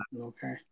Okay